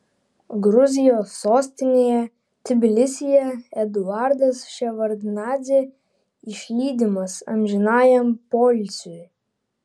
gruzijos sostinėje tbilisyje eduardas ševardnadzė išlydimas amžinajam poilsiui